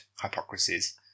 hypocrisies